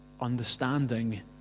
understanding